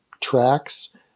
tracks